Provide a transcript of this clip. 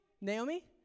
Naomi